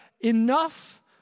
enough